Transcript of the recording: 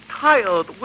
tired